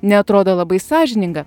neatrodo labai sąžininga